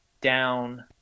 down